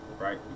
right